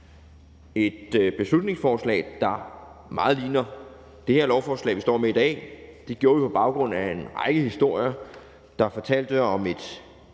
et beslutningsforslag, der meget lignede det her lovforslag, som vi står med i dag. Det gjorde vi på baggrund af en række historier, der fortalte om et